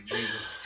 Jesus